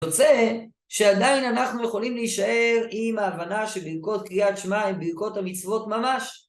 יוצא שעדיין אנחנו יכולים להישאר עם ההבנה שברכות קריאת שמע הן ברכות המצוות ממש